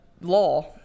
law